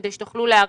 כדי שתוכלו להיערך,